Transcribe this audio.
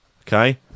Okay